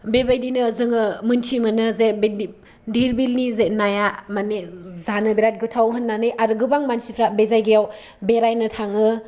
बेबायदिनो जोङो मोन्थिमोनो जे डिरबिलनि जे नाया जानो बिरात गोथाव होननानै आरो गोबां मानसिफ्रा बे जायगायाव बेरायनो थाङो